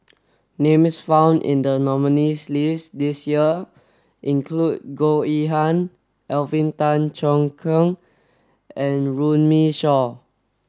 names found in the nominees' list this year include Goh Yihan Alvin Tan Cheong Kheng and Runme Shaw